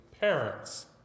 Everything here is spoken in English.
parents